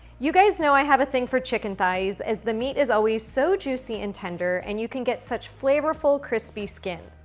you guys know i have a thing for chicken thighs as the meat is always so juicy and tender, and you can get such flavorful, crispy skin.